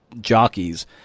jockeys